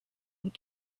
and